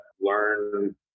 learn